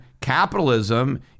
capitalism